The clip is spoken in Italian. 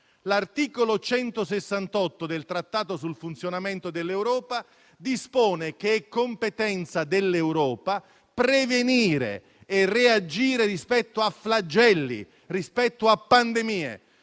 L'articolo 168 del Trattato sul funzionamento dell'Unione europea dispone che è competenza dell'Europa prevenire e reagire rispetto a flagelli e a pandemie.